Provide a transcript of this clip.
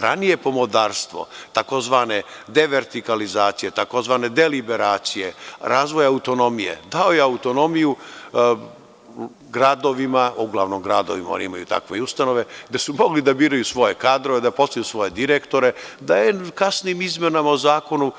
Ranije pomodarstvo tzv. devertikalizacije tzv. deliberalizacije, razvoja autonomije, to je autonomiju gradovima, uglavnom gradovima, oni imaju takve ustanove, gde su mogli da biraju svoje kadrove, da postavljaju svoje direktore, da kasnijim izmenama u zakonu